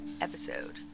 episode